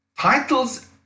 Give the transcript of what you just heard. Titles